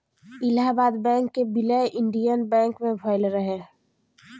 Allahabad bank कअ विलय Indian bank मे भयल रहे